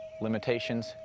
limitations